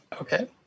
Okay